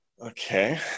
Okay